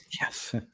Yes